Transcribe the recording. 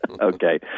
Okay